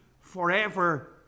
forever